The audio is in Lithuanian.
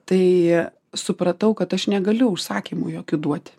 tai supratau kad aš negaliu užsakymų jokių duoti